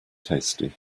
tasty